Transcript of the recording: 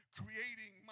creating